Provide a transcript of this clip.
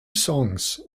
songs